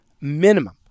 minimum